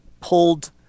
pulled